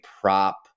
prop